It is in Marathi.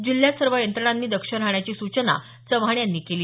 जिल्ह्यात सर्व यंत्रणांनी दक्ष राहण्याची सूचना चव्हाण यांनी केली